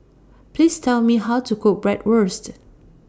Please Tell Me How to Cook Bratwurst